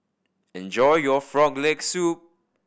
enjoy your Frog Leg Soup